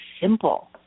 simple